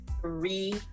three